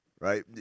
right